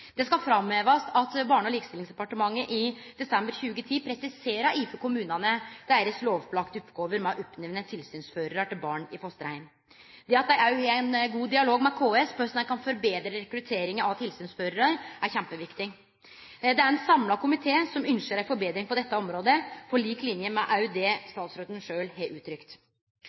Det skal framhevast at Barne- og likestillingsdepartementet i desember 2010 presiserte overfor kommunane deira lovpålagde oppgåve med å oppnemne tilsynsførarar til barn i fosterheim. Det at dei òg har ein god dialog med KS om korleis dei kan forbetre rekrutteringa av tilsynsførarar, er kjempeviktig. Det er ein samla komité som ynskjer ei forbetring på dette området, på lik linje med det statsråden sjølv har uttrykt.